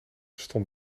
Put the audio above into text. stond